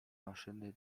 maszyny